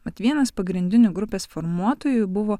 mat vienas pagrindinių grupės formuotojų buvo